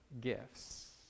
gifts